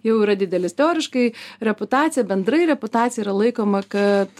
jau yra didelis teoriškai reputacija bendrai reputacija yra laikoma kad